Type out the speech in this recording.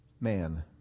man